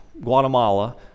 Guatemala